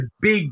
big